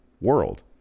world